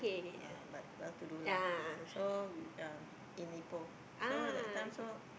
uh but well to do lah so we um in April so that time so